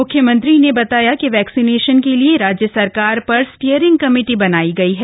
मुख्यमंत्री ने बताया कि वैक्सिनेशन के लिए राज्य स्तर पर स्टीयरिंग कमेटी बनाई गई है